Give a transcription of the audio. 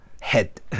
head